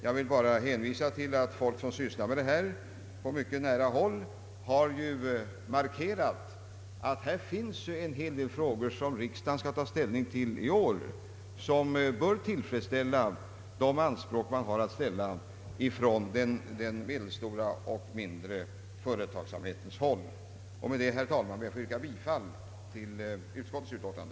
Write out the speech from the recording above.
Jag vill bara hänvisa till att folk som sysslar med det här på mycket nära håll har markerat, att här finns en hel del frågor som riksdagen skall ta ställning till inom kort vilket bör tillfredsställa de anspråk man har att ställa på samhällets beslutande organ från den medelstora och mindre företagsamheten. Med det, herr talman, ber jag att få yrka bifall till utskottets utlåtande.